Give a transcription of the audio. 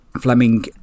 Fleming